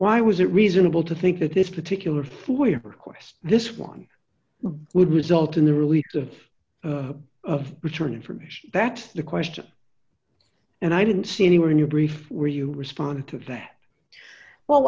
why was it reasonable to think that this particular foyer request this one boy would result in the release of of which are information that the question and i didn't see anywhere in your brief where you responded to that well